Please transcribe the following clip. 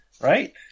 right